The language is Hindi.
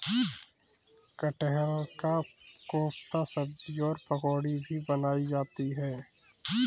कटहल का कोफ्ता सब्जी और पकौड़ी भी बनाई जाती है